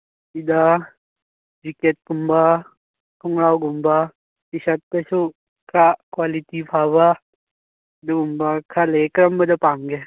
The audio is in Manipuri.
ꯁꯤꯗ ꯖꯦꯛꯀꯦꯠꯀꯨꯝꯕ ꯈꯣꯡꯒ꯭ꯔꯥꯎꯒꯨꯝꯕ ꯇꯤ ꯁꯥꯔꯠ ꯀꯩꯁꯨ ꯈꯔ ꯀ꯭ꯋꯥꯂꯤꯇꯤ ꯐꯕ ꯑꯗꯨꯒꯨꯝꯕ ꯈꯔ ꯂꯩꯌꯦ ꯀꯔꯝꯕꯗ ꯄꯥꯝꯒꯦ